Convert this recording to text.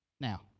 Now